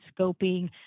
scoping